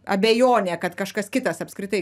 abejonė kad kažkas kitas apskritai